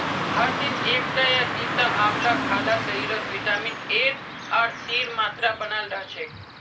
हर दिन एकटा या दिता आंवला खाल शरीरत विटामिन एर आर सीर मात्रा बनाल रह छेक